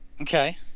Okay